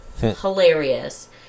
Hilarious